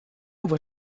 would